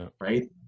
right